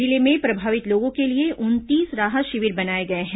जिले में प्रभावित लोगों के लिए उन्नीस राहत शिविर बनाए गए हैं